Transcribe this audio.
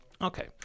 Okay